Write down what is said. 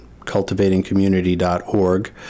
cultivatingcommunity.org